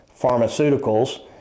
pharmaceuticals